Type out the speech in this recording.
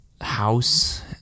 house